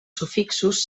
sufixos